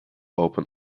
open